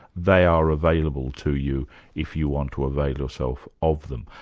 they are available to you if you want to avail yourself of them.